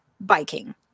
biking